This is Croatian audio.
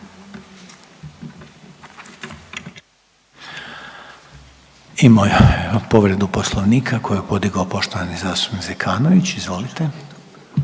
Imamo povredu Poslovnika koju je podigao poštovani zastupnik Zekanović, izvolite.